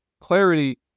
clarity